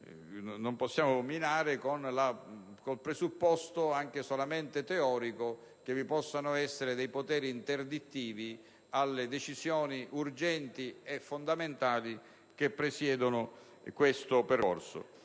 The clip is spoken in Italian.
è forte, ma minare con il presupposto, anche solamente teorico, che vi possano essere poteri interdittivi alle decisioni urgenti e fondamentali che presiedono questo percorso.